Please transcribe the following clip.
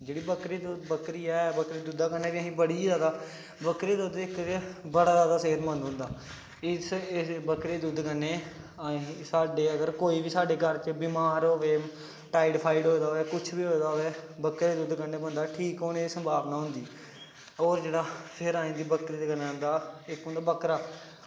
जेह्ड़ी बकरी ऐ दुद्धा कन्नै असें गी बड़ी जादा बकरी दा दुद्ध ते इक ते बड़ा जादा सेह्तमंद होंदा इस इस बकरी दे दुद्ध कन्नै अस साड्ढे अगर घर च कोई बमार होवे टाईफाइड होए दा होऐ कुछ बी होए दा होऐ बकरी दे दुद्ध कन्नै बंदा ठीक होन्ने दी संभावना होंदी होर फिर जेह्ड़ा आई जंदी बकरी दे कन्नै होंदा इक होंदा बकरा